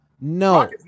No